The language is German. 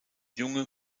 junge